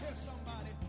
somebody